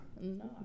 No